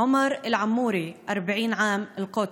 עמר אל-עמורי, 40, ירושלים,